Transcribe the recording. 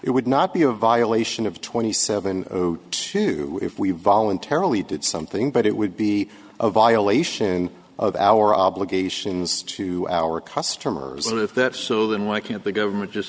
it would not be a violation of twenty seven o two if we voluntarily did something but it would be a violation of our obligations to our customers and if that so then why can't the government just